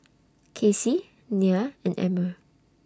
Kacy Nia and Emmer